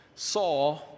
saw